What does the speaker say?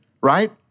right